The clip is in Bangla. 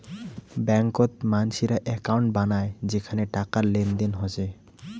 ব্যাংকত মানসিরা একউন্ট বানায় যেখানে টাকার লেনদেন হসে